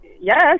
yes